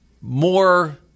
more